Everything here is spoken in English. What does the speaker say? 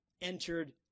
entered